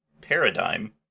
paradigm